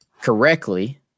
correctly